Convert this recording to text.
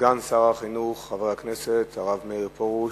סגן שר החינוך חבר הכנסת הרב מאיר פרוש,